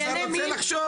השר רוצה לחשוב.